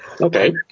Okay